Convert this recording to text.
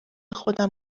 خودم